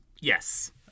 yes